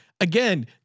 Again